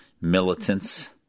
militants